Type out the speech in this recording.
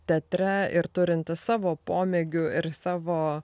teatre ir turintis savo pomėgių ir savo